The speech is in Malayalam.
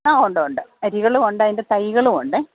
ആ ഉണ്ട് ഉണ്ട് അരികളും ഉണ്ട് അതിൻറെ തൈകളും ഉണ്ടേ